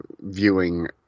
viewing